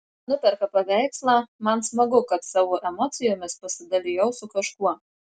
nuperka paveikslą man smagu kad savo emocijomis pasidalijau su kažkuo